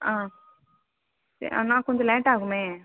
ஆ ஆனால் கொஞ்சம் லேட் ஆகுமே